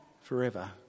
forever